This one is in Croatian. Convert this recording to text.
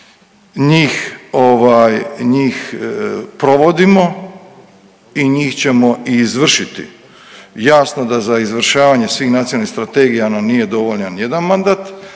njih provodimo i njih ćemo i izvršiti. Jasno da za izvršavanje svih nacionalnih strategija nam nije dovoljan jedan mandat,